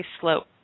slope